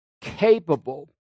capable